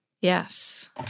Yes